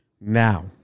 Now